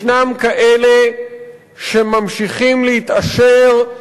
יש כאלה שממשיכים להתעשר,